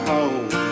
Home